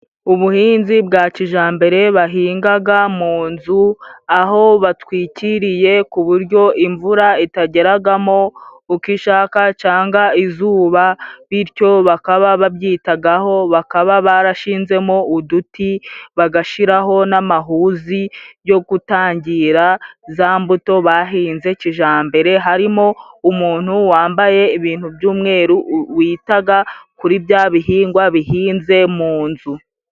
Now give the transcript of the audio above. Ubuhinzi bwa kijambere bahingaga mu nzu, aho batwikiriye ku buryo imvura itageragamo uko ishaka cangwa izuba, bityo bakaba babyitagaho, bakaba barashinzemo uduti bagashiraho n'amahuzi yo gutangira za mbuto bahinze kijambere. Harimo umuntu wambaye ibintu by'umweru witaga kuri bya bihingwa bihinze mu nzu.